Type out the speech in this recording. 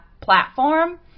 platform